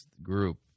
group